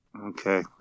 Okay